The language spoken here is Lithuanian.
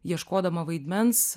ieškodama vaidmens